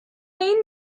این